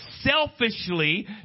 selfishly